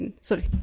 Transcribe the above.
Sorry